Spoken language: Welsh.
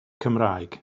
cymraeg